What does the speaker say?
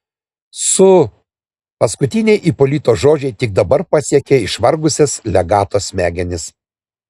su paskutiniai ipolito žodžiai tik dabar pasiekė išvargusias legato smegenis